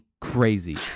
crazy